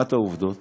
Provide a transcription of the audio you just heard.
ברמת העובדות.